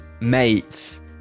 mates